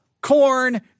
Corn